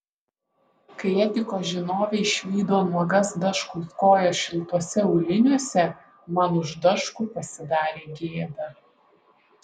kai etikos žinovė išvydo nuogas daškaus kojas šiltuose auliniuose man už daškų pasidarė gėda